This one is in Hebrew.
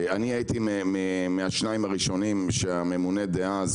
אני הייתי מהשניים הראשונים שהממונה דאז,